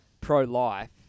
pro-life